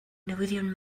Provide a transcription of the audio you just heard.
newyddion